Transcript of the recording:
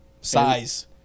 size